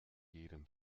jedem